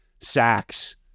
Sacks